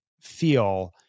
feel